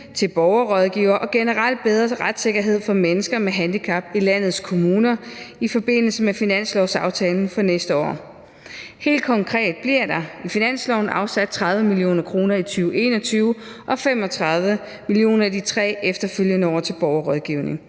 til borgerrådgivere og generelt bedre retssikkerhed for mennesker med handicap i landets kommuner i forbindelse med finanslovsaftalen for næste år. Helt konkret bliver der i finansloven for 2021 afsat 30 mio. kr. til borgerrådgivning